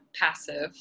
passive